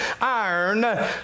iron